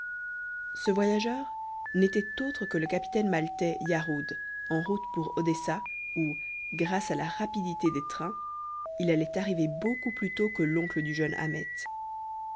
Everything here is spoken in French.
ce voyageur n'était autre que le capitaine maltais yarhud en route pour odessa où grâce à la rapidité des trains il allait arriver beaucoup plus tôt que l'oncle du jeune ahmet